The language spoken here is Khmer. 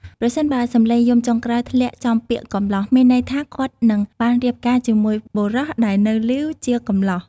ប្រសិនបើសំឡេងយំចុងក្រោយធ្លាក់ចំពាក្យ កំលោះ មានន័យថាគាត់នឹងបានរៀបការជាមួយបុរសដែលនៅលីវ ជាកំលោះ ។